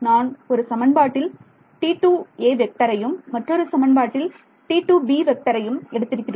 நான் ஒரு சமன்பாட்டில் யும் மற்றொரு சமன்பாட்டில் யும் எடுத்திருக்கிறோம்